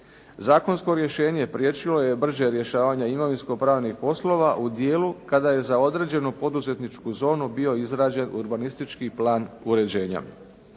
Zakonsko rješenje priječilo je brže rješavanje imovinsko-pravnih poslova u dijelu kada je za određenu poduzetničku zonu bio izrađen urbanistički plan uređenja.